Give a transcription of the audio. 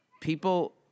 People